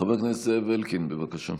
חבר הכנסת זאב אלקין, בבקשה.